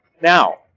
Now